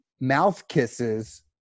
mouth-kisses